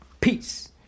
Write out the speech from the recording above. Peace